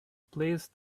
placed